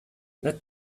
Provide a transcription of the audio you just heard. that